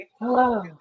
Hello